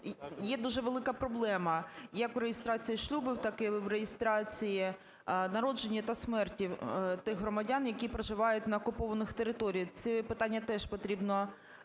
є дуже велика проблема як у реєстрації шлюбу, так і в реєстрації народження та смерті тих громадян, які проживають на окупованих територіях. Ці питання теж потрібно